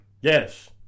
Yes